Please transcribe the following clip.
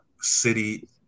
City